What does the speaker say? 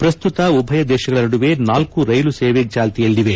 ಪ್ರಸ್ತುತ ಉಭಯ ದೇಶಗಳ ನಡುವೆ ನಾಲ್ಕು ರೈಲು ಸೇವೆ ಚಾಲ್ತಿಯಲ್ಲಿವೆ